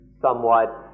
somewhat